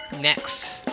Next